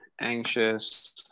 anxious